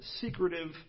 secretive